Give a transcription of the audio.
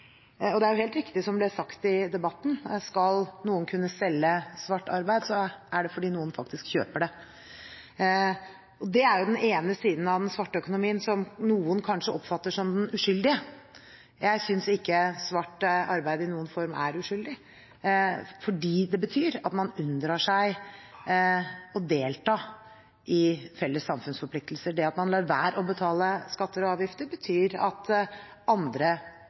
Det er helt riktig, som det ble sagt i debatten – skal noen kunne selge svart arbeid, er det fordi noen faktisk kjøper det. Det er den ene siden av den svarte økonomien, som noen kanskje oppfatter som den uskyldige. Jeg synes ikke svart arbeid i noen form er uskyldig, fordi det betyr at man unndrar seg å delta i felles samfunnsforpliktelser. Det at man lar være å betale skatter og avgifter, betyr at andre